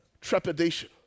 trepidation